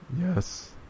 Yes